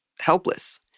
helpless